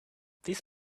this